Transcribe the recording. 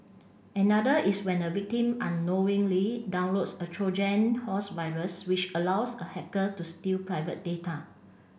another is when a victim unknowingly downloads a Trojan horse virus which allows a hacker to steal private data